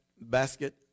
basket